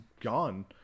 gone